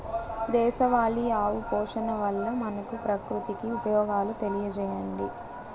దేశవాళీ ఆవు పోషణ వల్ల మనకు, ప్రకృతికి ఉపయోగాలు తెలియచేయండి?